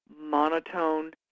monotone